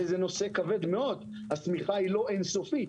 וזה נושא כבד מאוד - השמיכה היא לא אינסופית,